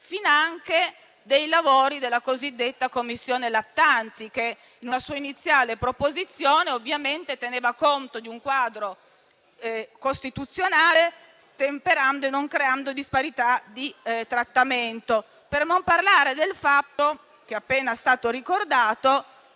finanche dei lavori della cosiddetta Commissione Lattanzi, che in una sua iniziale proposizione teneva conto del quadro costituzionale, temperando e non creando disparità di trattamento. Per non parlare del fatto che, com'è appena stato ricordato,